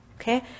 Okay